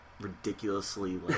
ridiculously